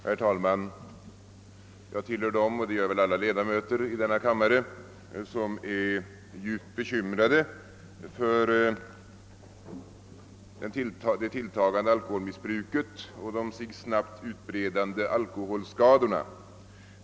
Herr talman! Jag tillhör dem — och det gör väl alla ledamöter i denna kammare — som är djupt bekymrade för det tilltagande alkoholmissbruket och de sig snabbt utbredande alkoholskadorna.